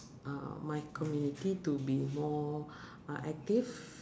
uh my community to be more uh active